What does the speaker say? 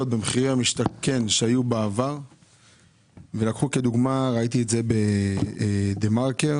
במחיר למשתכן ולקחו כדוגמה קראתי בדה מרקר